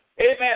Amen